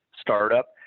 startup